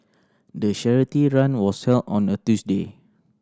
the charity run was held on a Tuesday